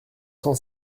cent